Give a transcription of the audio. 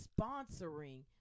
sponsoring